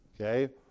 okay